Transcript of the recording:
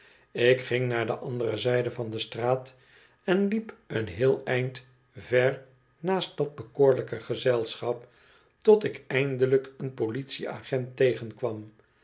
ik ging naar de andere zijde van de straat en liep een heel eind ver naast dat bekoorlijke gezelschap tot ik eindelijk een politic agent tegenkwam